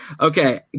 okay